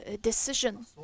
decision